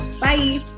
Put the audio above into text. Bye